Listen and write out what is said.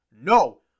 No